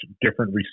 different